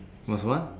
was what